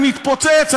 אני מתפוצץ,